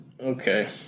Okay